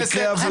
זה מקרה אבוד.